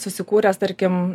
susikūręs tarkim